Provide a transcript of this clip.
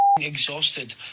exhausted